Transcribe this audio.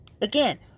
Again